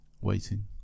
Waiting